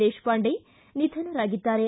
ದೇಶಪಾಂಡೆ ನಿಧನರಾಗಿದ್ದಾರೆ